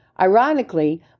Ironically